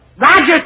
Roger